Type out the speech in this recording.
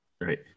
right